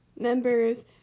members